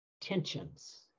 Tensions